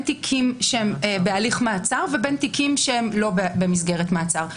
תיקים שהם בהליך מעצר וכאלה שלא במסגרת מעצר.